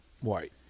white